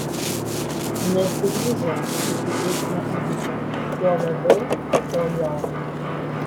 nesiryžau iki eismo įvykio tuo labiau po jo